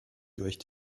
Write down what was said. durch